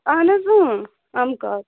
اَہن حظ اۭں اَمہٕ کاک